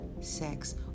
sex